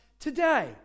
today